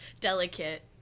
delicate